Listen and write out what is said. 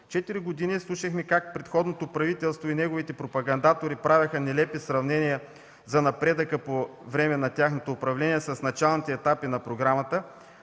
Четири години слушахме как предходното правителство и неговите пропагандатори правеха нелепи сравнения за напредъка по време на тяхното управление с началните етапи на програмата,